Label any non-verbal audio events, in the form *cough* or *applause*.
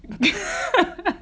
*laughs*